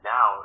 Now